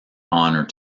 honour